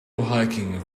hiking